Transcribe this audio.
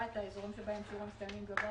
את האזורים שבהם שיעור המסתננים גבוה